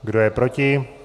Kdo je proti?